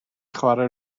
chwarae